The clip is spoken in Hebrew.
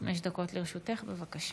חמש דקות לרשותך, בבקשה.